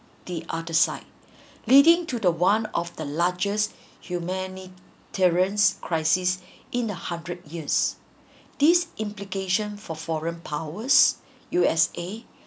the other side leading to the one of the largest humanitarian crisis in the hundred years these implication for foreign powers U_S_A